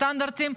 הסטנדרטים,